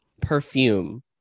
perfume